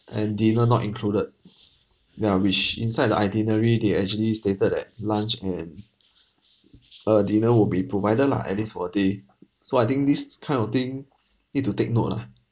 and dinner not included ya which inside the itinerary they actually stated that lunch and uh dinner will be provided lah at least for a day so I think this s~ kind of thing need to take note ah